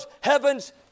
heaven's